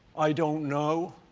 i don't know,